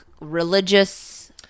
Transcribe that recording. religious